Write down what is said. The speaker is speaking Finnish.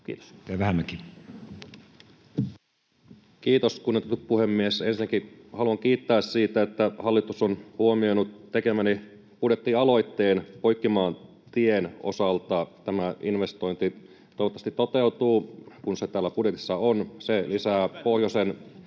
Content: Kiitos, kunnioitettu puhemies! Ensinnäkin haluan kiittää siitä, että hallitus on huomioinut tekemäni budjettialoitteen Poikkimaantien osalta. Tämä investointi toivottavasti toteutuu, kun se täällä budjetissa on. Se lisää pohjoisen